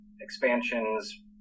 expansions